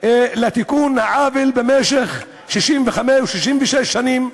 לתיקון העוול שנמשך 66 שנים.